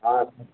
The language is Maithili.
आसन